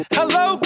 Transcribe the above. hello